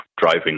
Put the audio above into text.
driving